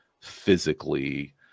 physically